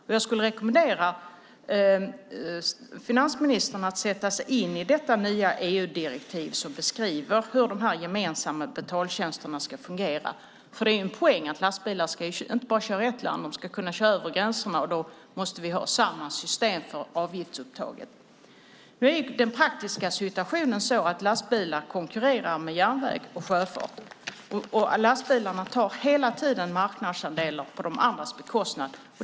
Jag skulle vilja rekommendera finansministern att sätta sig in i detta nya EU-direktiv som beskriver hur de gemensamma betaltjänsterna ska fungera. Det är en poäng att lastbilar inte bara ska köra i ett land. De ska även kunna köra över gränserna, och då måste vi ha samma system för avgiftsuttaget. Den praktiska situationen är sådan att lastbilarna konkurrerar med järnväg och sjöfart. Lastbilarna tar hela tiden marknadsandelar på de andras bekostnad.